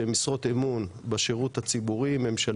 שהן משרות אמון בשירות הציבורי-ממשלתי,